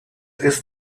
ist